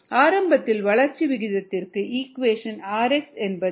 ஆரம்பத்தில் வளர்ச்சி விகிதத்திற்கான ஈக்குவேஷன் rx என்பது µx க்கு சமம் ஆகும்